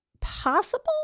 possible